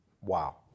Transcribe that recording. wow